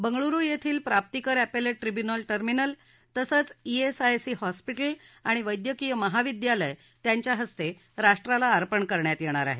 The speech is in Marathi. बंगळुरु येथील प्राप्तिकर अप्तितेट ट्रिब्युनल टर्मिनल तसंच ईएसआयसी हॉस्पिटल आणि वैद्यकीय महाविद्यालय त्यांच्या हस्ते राष्ट्राला अर्पण करण्यात येणार आहे